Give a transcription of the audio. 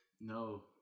No